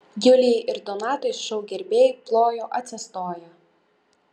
julijai ir donatui šou gerbėjai plojo atsistoję